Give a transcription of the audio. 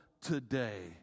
today